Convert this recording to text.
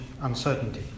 uncertainty